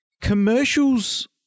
Commercials